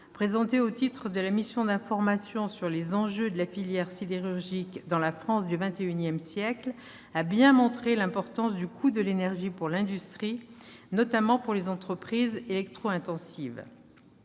présenté au nom de la mission d'information sur les enjeux de la filière sidérurgique dans la France du XXI siècle, a bien montré l'importance du coût de l'énergie pour l'industrie, notamment pour les entreprises électro-intensives.